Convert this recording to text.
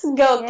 go